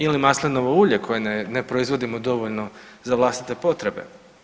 Ili maslinovo ulje koje ne proizvodimo dovoljno za vlastite potrebe?